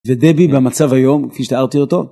ודבי במצב היום כפי שתיארתי אותו.